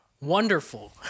wonderful